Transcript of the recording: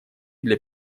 для